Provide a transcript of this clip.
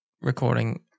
recording